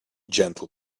gentle